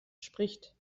spricht